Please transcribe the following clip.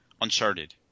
Uncharted